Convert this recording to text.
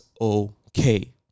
okay